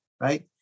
right